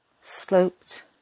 sloped